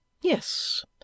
Yes